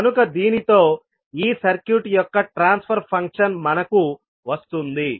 కనుక దీనితో ఈ సర్క్యూట్ యొక్క ట్రాన్స్ఫర్ ఫంక్షన్ మనకు వస్తుంది